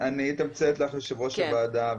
אני אתמצת לך יו"ר הוועדה,